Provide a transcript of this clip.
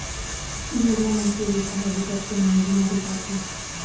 भेड़िया मन के रेसा ह बिकट के मंहगी म बेचाथे